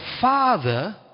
Father